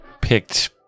picked